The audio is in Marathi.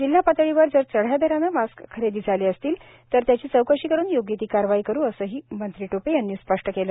जिल्हा पातळीवर जर चढ्या दरानं मास्क खरेदी झाली असेल तर त्याची चौकशी करून योग्य ती कारवाई करु असंही मंत्री टोपे यांनी स्पष्ट केलं